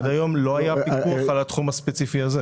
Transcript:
עד היום לא היה פיקוח על התחום הספציפי הזה.